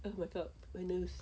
oh my god my nose